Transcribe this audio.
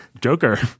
Joker